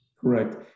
Correct